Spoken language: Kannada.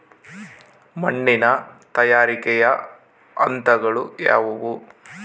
ಮಣ್ಣಿನ ತಯಾರಿಕೆಯ ಹಂತಗಳು ಯಾವುವು?